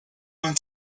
going